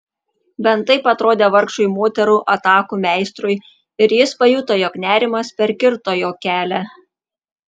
bent taip atrodė vargšui moterų atakų meistrui ir jis pajuto jog nerimas perkirto jo kelią